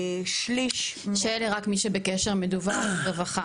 שרק מי שבקשר, מדובר ברווחה.